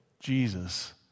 Jesus